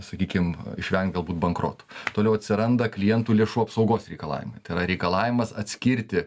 sakykim išvengt gal bankroto toliau atsiranda klientų lėšų apsaugos reikalavimai tai yra reikalavimas atskirti